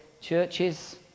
churches